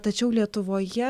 tačiau lietuvoje